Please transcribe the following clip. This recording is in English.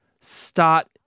start